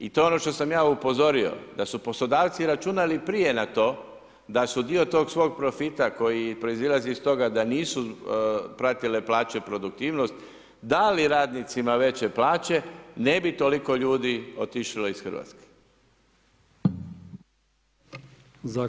I to je ono što sam ja upozorio, da su poslodavci računali prije na to, da su dio tog svog profita koji proizlazi iz toga da nisu pratile plaće produktivnost, dali radnicima veće plaće, ne bi toliko ljudi otišlo iz Hrvatske.